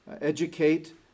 educate